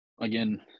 again